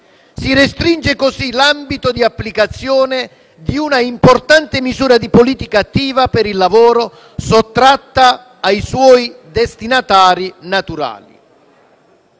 Si restringe così l'ambito di applicazione di un'importante misura di politica attiva per il lavoro, sottratta ai suoi destinatari naturali.